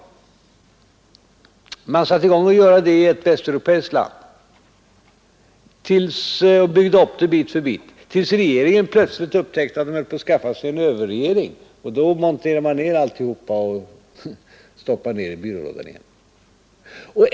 Man satte i gång med att göra det i ett västeuropeiskt land, byggde upp det bit för bit tills regeringen plötsligt upptäckte att man höll på att skaffa sig en överregering, och då monterade man ner alltsammans och stoppade ned det i byrålådan igen.